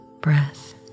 breath